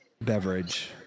beverage